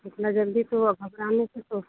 इतना जल्दी से तो घबराने से तो